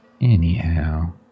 Anyhow